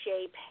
shape